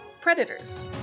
predators